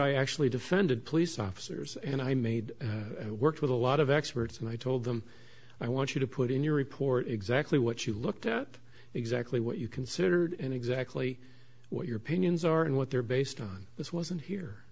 i actually defended police officers and i made works with a lot of experts and i told them i want you to put in your report exactly what you looked at exactly what you considered and exactly what your opinions are and what they're based on this wasn't here